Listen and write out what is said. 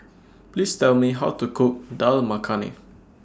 Please Tell Me How to Cook Dal Makhani